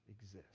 exist